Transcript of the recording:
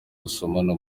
gusomana